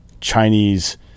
chinese